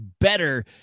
better